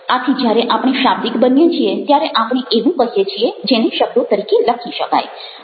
આથી જ્યારે આપણે શાબ્દિક બનીએ છીએ ત્યારે આપણે એવું કહીએ છીએ જેને શબ્દો તરીકે લખી શકાય